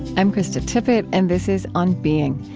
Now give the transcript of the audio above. i'm krista tippett and this is on being.